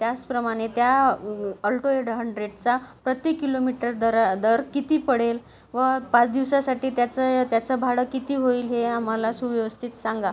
त्याचप्रमाणे त्या Alto eight हंड्रेडचा प्रत्येक किलोमीटर दर दर किती पडेल व पाच दिवसासाठी त्याचं त्याचं भाडं किती होईल हे आम्हाला सुव्यवस्थित सांगा